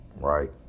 right